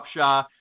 Upshaw